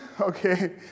Okay